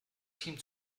team